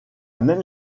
même